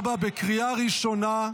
2024, בקריאה ראשונה.